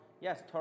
yes